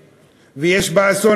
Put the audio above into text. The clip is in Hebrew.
ויש בה אסון